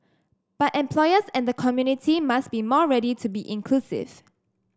but employers and the community must be more ready to be inclusive